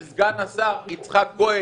סגן שר האוצר, יצחק כהן,